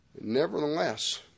Nevertheless